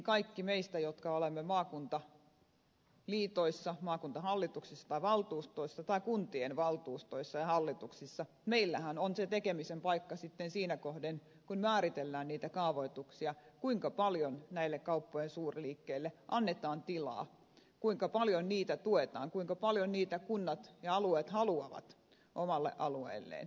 kaikilla meillä jotka olemme maakuntaliitoissa maakuntahallituksissa tai valtuustoissa tai kuntien valtuustoissa ja hallituksissa on se tekemisen paikka sitten siinä kohdin kun määrätään kaavoituksissa kuinka paljon näille kauppojen suurliik keille annetaan tilaa kuinka paljon niitä tuetaan kuinka paljon niitä kunnat ja alueet haluavat omalle alueelleen